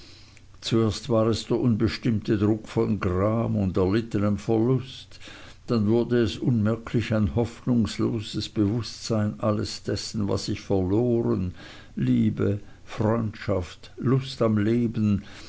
zuerst war es der unbestimmte druck von gram und erlittenem verlust dann wurde es unmerklich ein hoffnungsloses bewußtsein alles dessen was ich verloren liebe freundschaft lust am leben